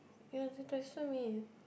ya he texted me